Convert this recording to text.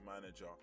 manager